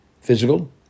physical